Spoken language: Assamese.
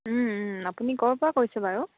আপুনি ক'ৰ পৰা কৈছে বাৰু